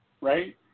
right